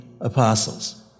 apostles